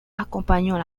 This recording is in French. accompagnant